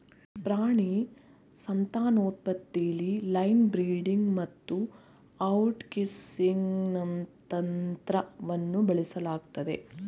ಪ್ರಾಣಿ ಸಂತಾನೋತ್ಪತ್ತಿಲಿ line breeding ಮತ್ತುಔಟ್ಕ್ರಾಸಿಂಗ್ನಂತಂತ್ರವನ್ನುಬಳಸಲಾಗ್ತದೆ